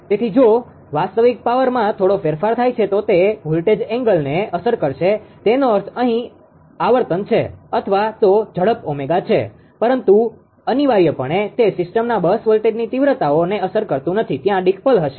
તેથી જો વાસ્તવિક પાવરમાં થોડો ફેરફાર થાય છે તો તે વોલ્ટેજ એંગલને અસર કરશે તેનો અર્થ અહી આવર્તન છે અથવા તો ઝડપ ઓમેગા છે પરંતુ અનિવાર્યપણે તે સીસ્ટમના બસ વોલ્ટેજની તીવ્રતાઓને અસર કરતું નથી ત્યાં ડી કપલ હશે